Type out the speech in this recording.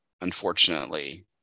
unfortunately